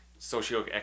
socioeconomic